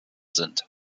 sind